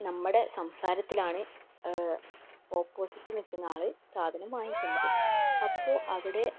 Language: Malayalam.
നമ്മുടെ സംസാരത്തിലാണ് ഓപ്പോസിറ്റ് നിൽക്കുന്ന ആൾ സാധനം വാങ്ങിക്കേണ്ടത് അപ്പോൾ അവിടെ